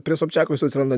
prie sobčiakos atsiranda